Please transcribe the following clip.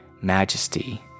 majesty